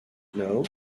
know